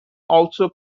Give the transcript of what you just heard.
also